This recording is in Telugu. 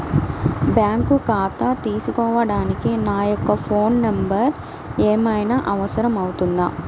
బ్యాంకు ఖాతా తీసుకోవడానికి నా యొక్క ఫోన్ నెంబర్ ఏమైనా అవసరం అవుతుందా?